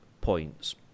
points